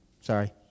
Sorry